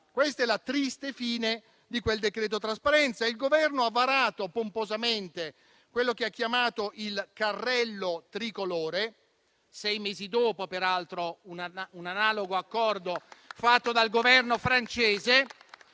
Questa è la triste fine di quel decreto trasparenza. Il Governo ha varato pomposamente quello che ha chiamato il "carrello tricolore", sei mesi dopo un analogo accordo fatto dal Governo francese,